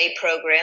program